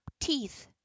teeth